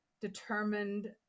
determined